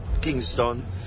kingston